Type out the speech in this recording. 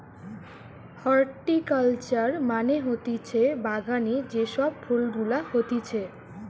horticulture মানে হতিছে বাগানে যে সব ফুল গুলা হতিছে